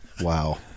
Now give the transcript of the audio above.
Wow